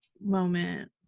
moment